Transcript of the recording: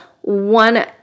one